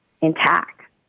intact